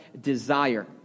desire